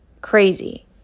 crazy